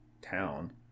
town